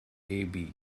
abbey